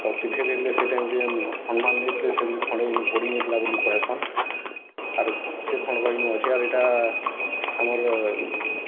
ଶକ୍ତିଟେ ଦେଇଥିଲେ ସେ ଟାଇମ୍ଥି ଯେନ୍ ହନୁମାନ୍ ନେଇଥିଲେ ସେଥିରୁ ଖଣେ ଇନୁ ପଡ଼ିଯାଇଥିଲା ବଲି କହେସନ୍ ଆରୁ ସେ ଖଣ୍କ ଇନୁ ଅଛେ ଆର୍ ଇଟା ଆମର୍